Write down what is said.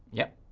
yep.